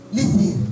Listen